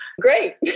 great